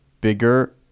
bigger